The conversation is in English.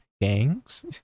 gangs